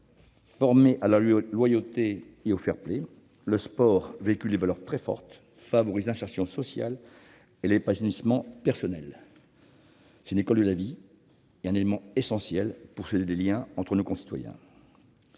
former à la loyauté et au fair-play : le sport véhicule des valeurs très fortes, et il favorise l'insertion sociale et l'épanouissement personnel. C'est une école de la vie et un élément essentiel pour souder les liens entre nos concitoyens.